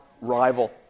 rival